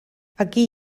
aquí